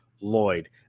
Lloyd